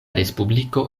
respubliko